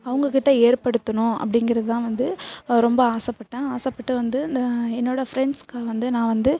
அவங்கக்கிட்ட ஏற்படுத்தணும் அப்படிங்கிறது தான் வந்து ரொம்ப ஆசைப்பட்டேன் ஆசைப்பட்டு வந்து இந்த என்னோடய ஃப்ரெண்ட்ஸ்க்காக வந்து நான் வந்து